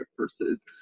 versus